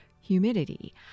humidity